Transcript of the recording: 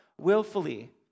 willfully